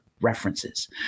references